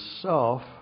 self